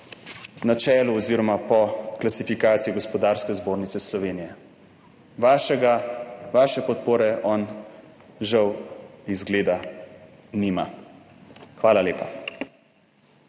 po klasifikaciji Gospodarske zbornice Slovenije. Vaše podpore on, žal izgleda, nima. Hvala lepa.